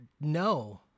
No